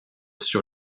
sur